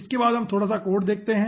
इसके बाद हम थोड़ा सा कोड देखते है